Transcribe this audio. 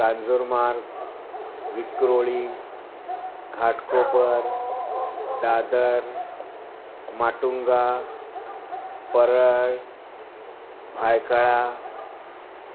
Kanjurmarg Vikhroli Ghatkopar Dadar Matunga Parel Byculla